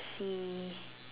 see